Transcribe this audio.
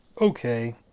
Okay